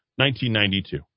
1992